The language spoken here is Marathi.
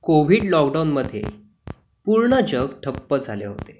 कोव्हिड लॉकडाउनमध्ये पूर्ण जग ठप्प झाले होते